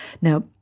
Now